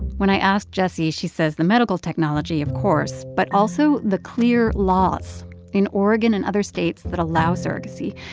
when i asked jessie, she says the medical technology, of course, but also the clear laws in oregon and other states that allow surrogacy.